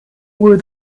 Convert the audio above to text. were